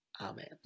Amen